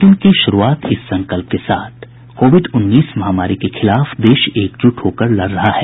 bulletin की शुरूआत इस संकल्प के साथ कोविड उन्नीस महामारी के खिलाफ देश एकजुट होकर लड़ रहा है